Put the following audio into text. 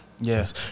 Yes